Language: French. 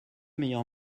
meilleur